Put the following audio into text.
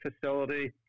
facility